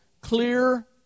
clear